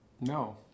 No